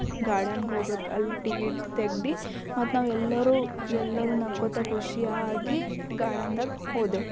ಗಾರ್ಡನ್ಗೆ ಹೋಗೋಕ್ ಅಲ್ಲಿ ಟಿಕೆಟ್ ತೆಗ್ದು ಮತ್ತು ನಾವು ಎಲ್ಲರು ಎಲ್ಲರು ನಕ್ಕೊತ್ತ ಖುಷಿಯಾಗಿ ಗಾರ್ಡನ್ದಾಗೆ ಹೋದೆವು